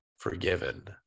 Forgiven